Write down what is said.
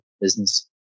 business